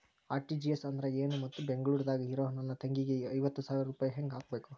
RTGS ಅಂದ್ರ ಏನು ಮತ್ತ ಬೆಂಗಳೂರದಾಗ್ ಇರೋ ನನ್ನ ತಂಗಿಗೆ ಐವತ್ತು ಸಾವಿರ ರೂಪಾಯಿ ಹೆಂಗ್ ಹಾಕಬೇಕು?